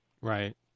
Right